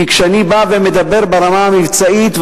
כי כשאני מדבר ברמה המבצעית,